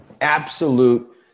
absolute